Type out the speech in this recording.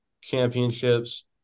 championships